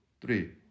three